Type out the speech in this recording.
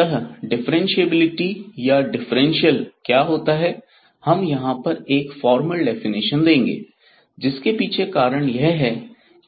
अतः डिफ्रेंशिएबिलिटी या डिफरेंशियल क्या होता है हम यहां पर एक फॉर्मल डेफिनेशन देंगे जिसके पीछे कारण यह है